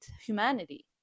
humanity